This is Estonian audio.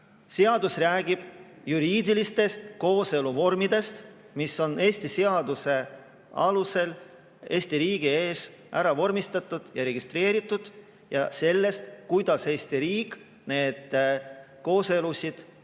see räägib juriidilistest kooseluvormidest, mis on Eesti seaduse alusel Eesti riigis ära vormistatud ja registreeritud, ja sellest, kuidas Eesti riik neid kooselusid